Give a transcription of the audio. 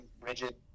rigid